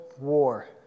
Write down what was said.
war